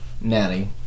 Natty